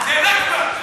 זה נכבה.